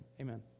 amen